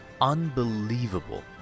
unbelievable